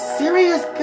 serious